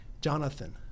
Jonathan